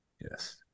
Yes